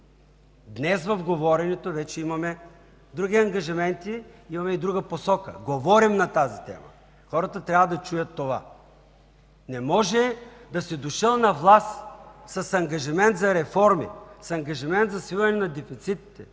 Днес в говоренето вече имаме други ангажименти, имаме и друга посока. Говорим на тази тема! Хората трябва да чуят това. Не може да си дошъл на власт с ангажимент за реформи, за свиване на дефицитите,